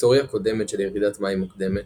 היסטוריה קודמת של ירידת מים מוקדמת.